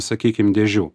sakykim dėžių